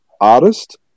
artist